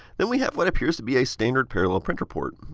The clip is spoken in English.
then, we have what appears to be a standard parallel printer port.